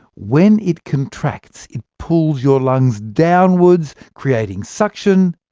when it contracts, it pulls your lungs downwards creating suction,